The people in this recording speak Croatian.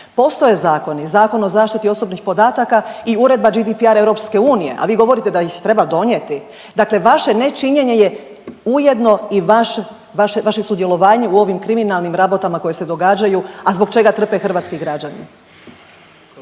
Postoje zakoni Zakon o zaštiti osobnih podataka i Uredba GDPR EU, a vi govorite da ih treba donijeti. Dakle, vaše ne činjenje je ujedno i vaše sudjelovanje u ovim kriminalnim rabotama koje se događaju, a zbog čega trpe hrvatski građani.